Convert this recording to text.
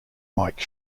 mike